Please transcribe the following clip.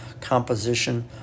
composition